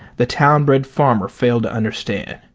the town-bred farmer failed to understand.